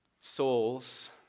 souls